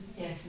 Yes